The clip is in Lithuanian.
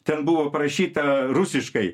ten buvo parašyta rusiškai